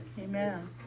Amen